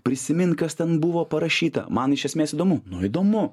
prisiminti kas ten buvo parašyta man iš esmės įdomu nu įdomu